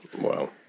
Wow